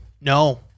No